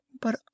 But